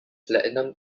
platinum